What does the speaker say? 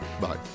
Bye